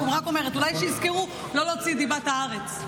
אולי שיזכרו, לא להוציא את דיבת הארץ.